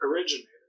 originated